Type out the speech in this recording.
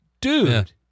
Dude